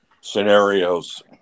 scenarios